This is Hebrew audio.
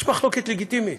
יש מחלוקת לגיטימית.